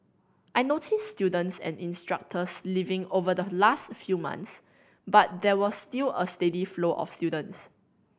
I noticed students and instructors leaving over the last few months but there was still a steady flow of students